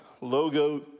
logo